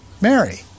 Mary